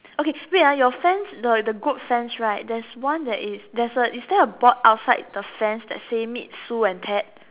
okay wait ah your fence the the goat fence right there's one that is there's a is there a board outside the fence that say meet Sue and pat